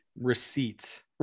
receipts